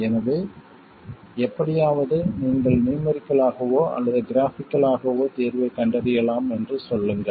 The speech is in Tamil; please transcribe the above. எனவே எப்படியாவது நீங்கள் நியூமெரிக்கல் ஆகவோ அல்லது கிராஃபிகல் ஆகவோ தீர்வைக் கண்டறியலாம் என்று சொல்லுங்கள்